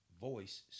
voice